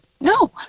No